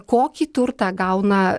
kokį turtą gauna